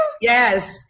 Yes